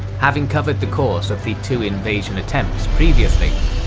having covered the course of the two invasion attempts previously,